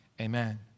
Amen